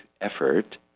effort